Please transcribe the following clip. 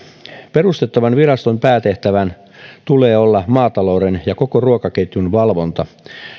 perustettavan viraston päätehtävänä tulee olla maatalouden ja koko ruokaketjun valvonta